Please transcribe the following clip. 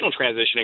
transitioning